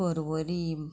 Porvorim